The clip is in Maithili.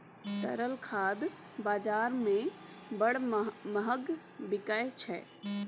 तरल खाद बजार मे बड़ महग बिकाय छै